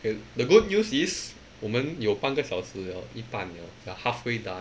K the good news is 我们有半个小时 liao 一半 liao we are halfway done